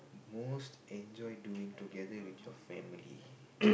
most enjoy doing together with your family